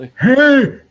Hey